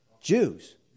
Jews